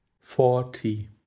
forty